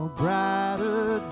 brighter